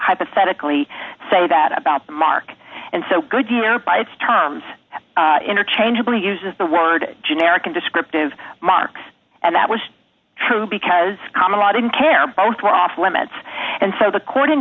hypothetically say that about mark and so goodyear by its terms interchangeably uses the word generic in descriptive marks and that was true because common law didn't care both were off limits and so the court in